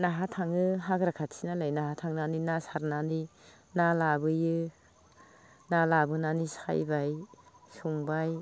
नाहा थाङो हाग्रा खाथि नालाय नाहा थांनानै ना सारनानै ना लाबोयो ना लाबोनानै सायबाय संबाय